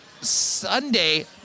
Sunday